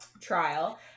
trial